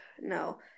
no